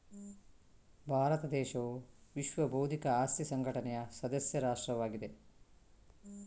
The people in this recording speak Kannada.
ಭಾರತ ದೇಶವು ವಿಶ್ವ ಬೌದ್ಧಿಕ ಆಸ್ತಿ ಸಂಘಟನೆಯ ಸದಸ್ಯ ರಾಷ್ಟ್ರವಾಗಿದೆ